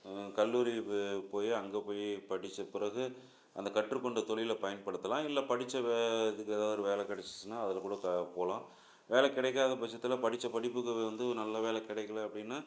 கல்லூரி போ போய் அங்கே போய் படித்த பிறகு அந்த கற்றுக்கொண்ட தொழில பயன்படுத்தலாம் இல்லை படித்த வே இதுக்கு ஏதாவது ஒரு வேலை கெடைச்சிச்சுன்னா அதில் கூட க போகலாம் வேலை கிடைக்காத பட்சத்தில் படித்த படிப்புக்கு வந்து ஒரு நல்ல வேலை கிடைக்கல அப்படின்னா